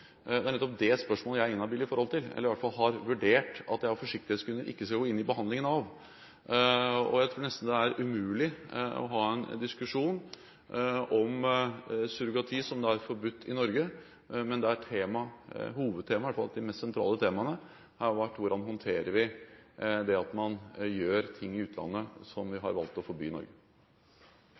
det skal håndteres i Norge, jeg er inhabil i forhold til – eller i hvert fall har vurdert at jeg av forsiktighetsgrunner ikke skal gå inn i behandlingen av. Jeg tror nesten det er umulig å ha en diskusjon om surrogati, som er forbudt i Norge, men der hovedtemaet eller i hvert fall de mest sentrale temaene har vært hvordan vi håndterer det at man gjør ting i utlandet som vi har valgt å forby i Norge.